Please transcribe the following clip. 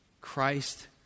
Christ